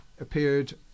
appeared